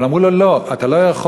אבל אמרו לו: לא, אתה לא יכול,